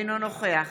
אינו נוכח